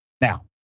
Now